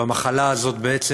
בעצם,